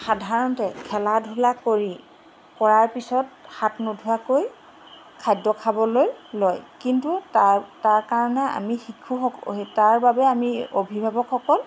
সাধাৰণতে খেলা ধূলা কৰি কৰাৰ পিছত হাত নোধোৱাকৈ খাদ্য খাবলৈ লয় কিন্তু তাৰ তাৰ কাৰণে আমি শিশুসকল তাৰবাবে আমি অভিভাৱকসকল